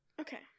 Okay